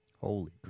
Holy